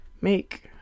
Make